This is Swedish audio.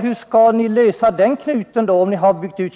Hur skall ni lösa den knut som uppstår om ni helt plötsligt